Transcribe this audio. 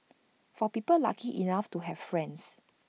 for people lucky enough to have friends